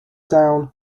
down